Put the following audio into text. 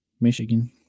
Michigan